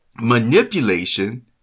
manipulation